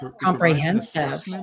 comprehensive